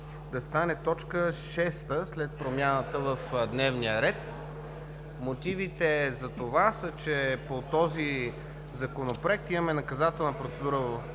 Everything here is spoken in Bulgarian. да стане т. 6, след промяната в дневния ред. Мотивите за това са, че по този Законопроект имаме наказателна процедура от